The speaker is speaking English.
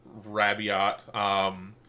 Rabiot